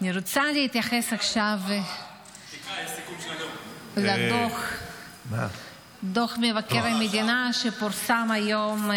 אני רוצה להתייחס עכשיו לדוח מבקר המדינה שפורסם היום,